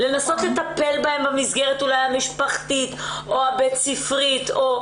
לנסות לטפל בהן במסגרת המשפחתית או הבית ספרית.